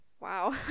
wow